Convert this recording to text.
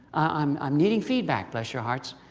i'm i'm needing feedback, bless your hearts.